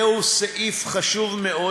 זהו סעיף חשוב מאוד,